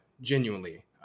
genuinely